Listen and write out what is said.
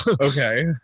Okay